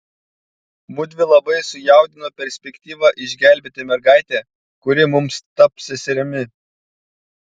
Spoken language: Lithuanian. mudvi labai sujaudino perspektyva išgelbėti mergaitę kuri mums taps seserimi